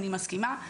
אני מסכימה,